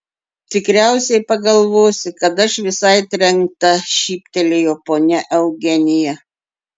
tikriausiai pagalvosi kad aš visai trenkta šyptelėjo ponia eugenija